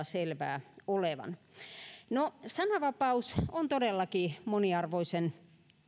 selvää olevan no sananvapaus on todellakin moniarvoisen